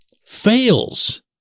fails